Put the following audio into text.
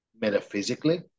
metaphysically